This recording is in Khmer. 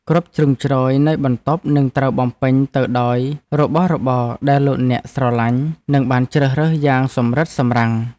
គ្រប់ជ្រុងជ្រោយនៃបន្ទប់នឹងត្រូវបំពេញទៅដោយរបស់របរដែលលោកអ្នកស្រឡាញ់និងបានជ្រើសរើសយ៉ាងសម្រិតសម្រាំង។